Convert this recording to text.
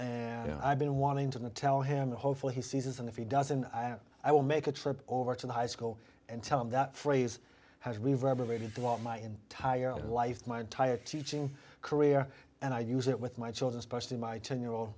and i've been wanting to tell him hopefully he sees and if he doesn't i don't i will make a trip over to the high school and tell him that phrase has reverberated throughout my entire life my entire teaching career and i use it with my children especially my ten y